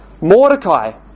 Mordecai